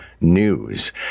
news